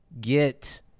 get